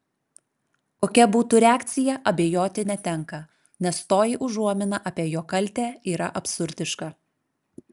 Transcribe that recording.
kokia būtų reakcija abejoti netenka nes toji užuomina apie jo kaltę yra absurdiška